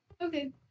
Okay